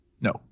No